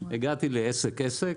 הגעתי עסק-עסק,